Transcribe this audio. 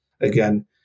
Again